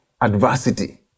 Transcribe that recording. adversity